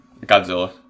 Godzilla